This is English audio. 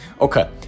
okay